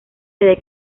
sede